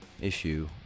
issue